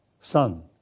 son